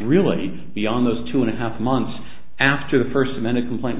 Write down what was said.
really beyond those two and a half months after the first man a complaint